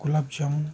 গোলাপ জামুন